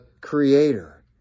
creator